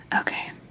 okay